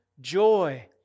joy